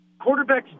quarterbacks